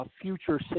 future